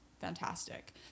fantastic